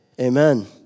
Amen